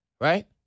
right